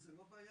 וזו לא בעיה.